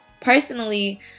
Personally